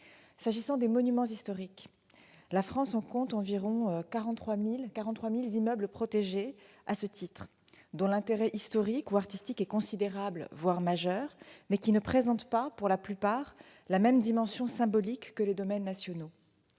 S'agissant des monuments historiques, la France compte environ 43 000 immeubles protégés à ce titre. Leur intérêt historique ou artistique est considérable, voire majeur, mais ils ne présentent pas, pour la plupart, la même dimension symbolique que les domaines nationaux.